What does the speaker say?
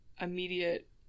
immediate